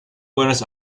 buenos